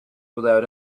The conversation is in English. without